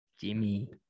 Jimmy